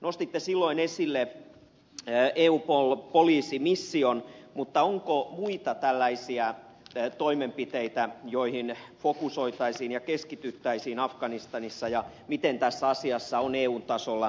nostitte silloin esille eupol poliisimission mutta onko muita tällaisia toimenpiteitä joihin fokusoitaisiin ja keskityttäisiin afganistanissa ja miten tässä asiassa on eun tasolla edetty